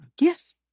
Yes